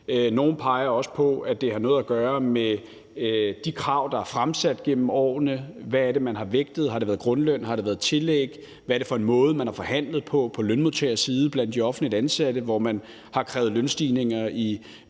Nogle peger også på, at det har noget at gøre med de krav, der er fremsat gennem årene, og hvad det er, man har vægtet. Har det været grundløn? Har det været tillæg? Hvad er det for en måde, man har forhandlet på på lønmodtagersiden blandt de offentligt ansatte, hvor man har krævet lønstigninger i